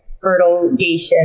fertilization